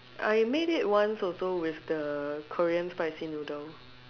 I made it once also with the Korean spicy noodle